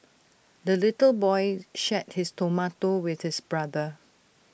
the little boy shared his tomato with his brother